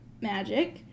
magic